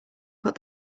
put